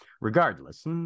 regardless